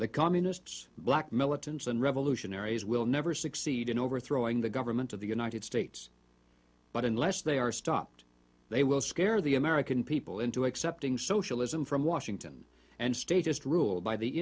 the communists black militants and revolutionaries will never succeed in overthrowing the government of the united states but unless they are stopped they will scare the american people into accepting socialism from washington and state just ruled by the